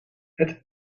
het